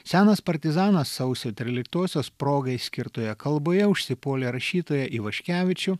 senas partizanas sausio tryliktosios progai skirtoje kalboje užsipuolė rašytoją ivaškevičių